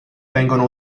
vengono